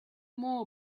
more